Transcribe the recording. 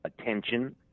attention